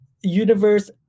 universe